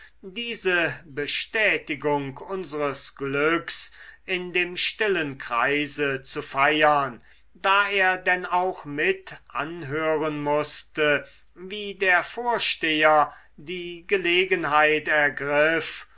diese bestätigung unsres glücks in dem stillen kreise zu feiern da er denn auch mit anhören mußte wie der vorsteher die gelegenheit ergriff